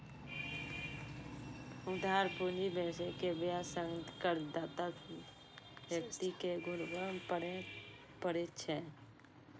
उधार पूंजी व्यवसायी कें ब्याज संग कर्जदाता संस्था अथवा व्यक्ति कें घुरबय पड़ै छै